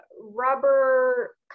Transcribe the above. rubber